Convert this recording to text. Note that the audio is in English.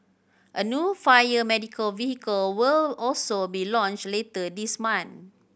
a new fire medical vehicle will also be launched later this month